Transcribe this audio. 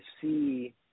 see